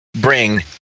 bring